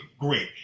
great